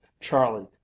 charlie